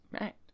Right